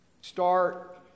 start